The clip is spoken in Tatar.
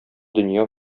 дөнья